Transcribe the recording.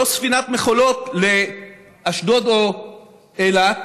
לא ספינת מכולות לאשדוד או אילת